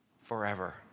Forever